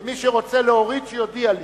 מי שרוצה להוריד, שיודיע לי.